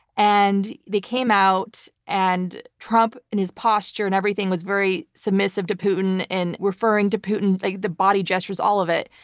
and they came out, and trump in his posture and everything was very submissive to putin, and referring to putin, like the body gestures, all of it,